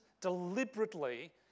deliberately